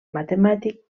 matemàtic